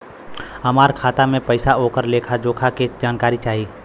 हमार खाता में पैसा ओकर लेखा जोखा के जानकारी चाही?